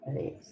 yes